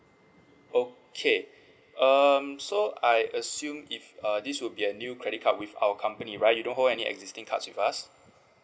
okay um so I assume if uh this will be a new credit card with our company right you don't hold any existing cards with us